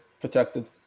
Protected